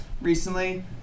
recently